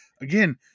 Again